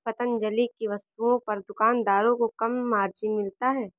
पतंजलि की वस्तुओं पर दुकानदारों को कम मार्जिन मिलता है